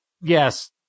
Yes